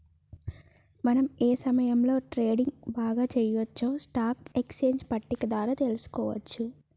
మనం ఏ సమయంలో ట్రేడింగ్ బాగా చెయ్యొచ్చో స్టాక్ ఎక్స్చేంజ్ పట్టిక ద్వారా తెలుసుకోవచ్చు